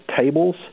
tables